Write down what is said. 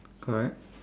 correct